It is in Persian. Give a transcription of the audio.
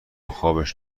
خابش